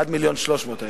עד 1.3 מיליון אני נתתי.